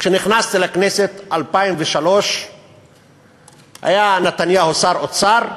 כשנכנסתי לכנסת, 2003, נתניהו היה שר האוצר,